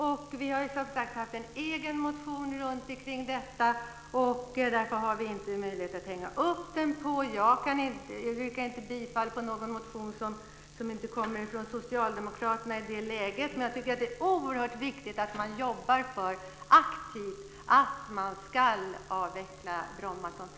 Fru talman! Det är viktigt att beredningen får möjligheter att se över detta. Vi har, som sagt, en egen motion om detta. I det läget yrkar jag inte bifall till någon motion som inte kommer från Socialdemokraterna. Men jag tycker att det är oerhört viktigt att aktivt jobba för att Bromma som flygplats ska avvecklas.